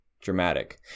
dramatic